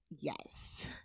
yes